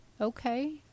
okay